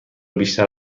بیشتر